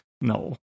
No